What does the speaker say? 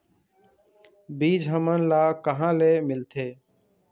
बीज हमन ला कहां ले मिलथे?